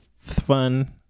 fun